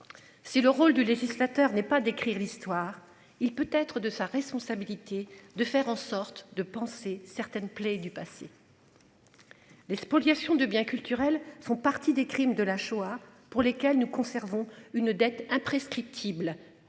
Si le rôle du législateur n'est pas d'écrire l'histoire, il peut être de sa responsabilité de faire en sorte de panser certaines plaies du passé. Les spoliations de biens culturels font partie des crimes de la Shoah, pour lesquels nous conservons une dette imprescriptible